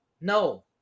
no